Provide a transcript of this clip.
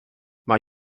mae